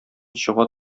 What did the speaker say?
чыга